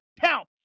count